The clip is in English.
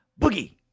boogie